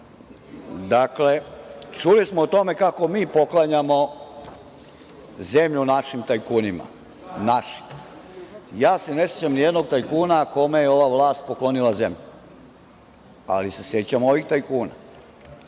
Dakle, čuli smo o tome kako mi poklanjamo zemlju našim tajkunima, našim. Ja se ne sećam ni jednog tajkuna kome je ova vlast poklonila zemlju, ali se sećam ovih tajkuna.